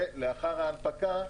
ולאחר ההנפקה,